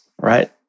right